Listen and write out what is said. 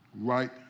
right